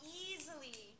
easily